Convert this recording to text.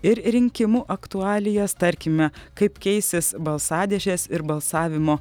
ir rinkimų aktualijas tarkime kaip keisis balsadėžės ir balsavimo